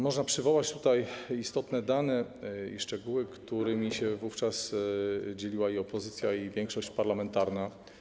Można przywołać tutaj istotne dane i szczegóły, którymi się wówczas dzieliła i opozycja, i większość parlamentarna.